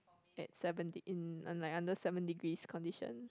at seven de~ in un~ like under seven degrees condition